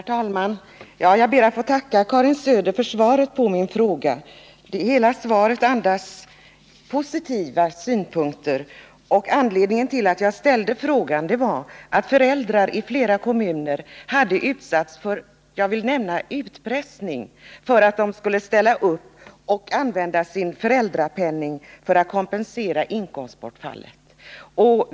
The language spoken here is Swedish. Herr talman! Jag ber att få tacka Karin Söder för svaret på min fråga. Hela svaret innehåller positiva synpunkter. Anledningen till att jag ställde frågan är att föräldrar i flera kommuner har utsatts för utpressning — jag vill använda det ordet — för att de skulle ställa upp och använda sin föräldrapenning för att kompensera inkomstbortfall.